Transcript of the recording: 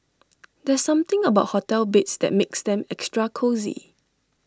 there's something about hotel beds that makes them extra cosy